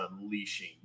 unleashing